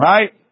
Right